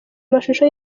amashusho